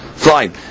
Fine